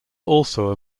also